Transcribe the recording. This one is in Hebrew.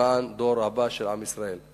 למען הדור הבא של עם ישראל.